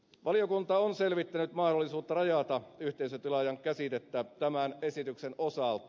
valiokunta on selvittänyt mahdollisuutta rajata yhteisötilaajan käsitettä tämän esityksen osalta